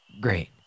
Great